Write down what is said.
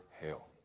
hell